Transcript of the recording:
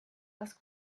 das